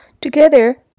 Together